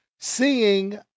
seeing